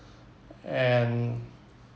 and